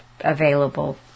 available